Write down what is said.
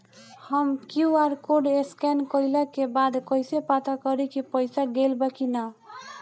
हम QR code scan कइला के बाद कइसे पता करि की पईसा गेल बा की न?